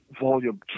volume